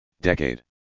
decade